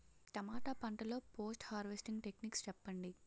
టమాటా పంట లొ post harvesting techniques చెప్పండి?